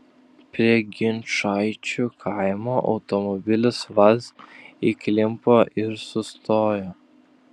prie ginčaičių kaimo automobilis vaz įklimpo ir sustojo